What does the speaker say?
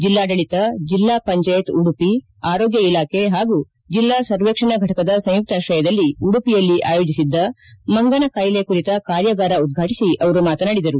ಜಿಲ್ಲಾಡಳಿತ ಜಿಲ್ಲಾ ಪಂಚಾಯತ್ ಉಡುಪಿ ಆರೋಗ್ಡ ಇಲಾಖೆ ಪಾಗೂ ಜಿಲ್ಲಾ ಸರ್ವೇಕ್ಷಣ ಘಟಕದ ಸಂಯುಕ್ತಾಶ್ರಯದಲ್ಲಿ ಉಡುಪಿಯಲ್ಲಿ ಆಯೋಜಿಸಿದ್ದ ಮಂಗನ ಕಾಯಿಲೆ ಕುರಿತ ಕಾರ್ಯಗಾರ ಉದ್ಘಾಟಿಸಿ ಮಾತನಾಡಿದರು